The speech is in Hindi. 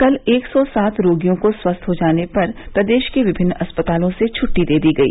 कल एक सौ सात रोगियों को स्वस्थ हो जाने पर प्रदेश के विभिन्न अस्पतालों से छुट्टी दे दी गई